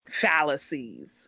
fallacies